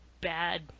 bad